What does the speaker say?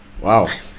wow